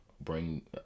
bring